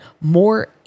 more